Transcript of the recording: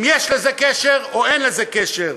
אם יש לזה קשר או אין לזה קשר.